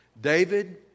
David